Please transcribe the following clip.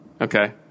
Okay